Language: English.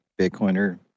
Bitcoiner